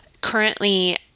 Currently